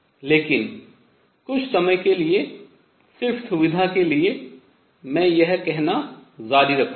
लेकिन कुछ समय के लिए सिर्फ सुविधा के लिए मैं यह कहना जारी रखूंगा